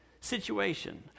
situation